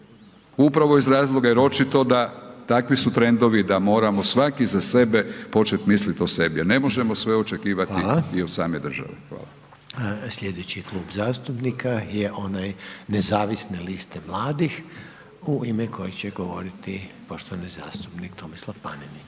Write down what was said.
upravo iz razloga jer očito takvi su trendovi da moramo svaki za sebe počet mislit o sebi jer ne možemo sve očekivati i od same države. Hvala. **Reiner, Željko (HDZ)** Hvala. Sljedeći klub zastupnika je onaj Nezavisne liste mladih u ime kojeg će govoriti poštovani zastupnik Tomislav Panenić.